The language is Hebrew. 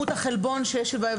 שילדים צריכים לקבל.